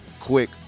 quick